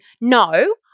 no